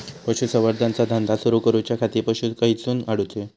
पशुसंवर्धन चा धंदा सुरू करूच्या खाती पशू खईसून हाडूचे?